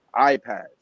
iPads